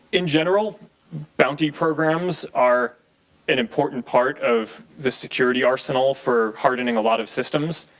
in general bounty programs are an important part of the security arsenal for hardening a lot of systems.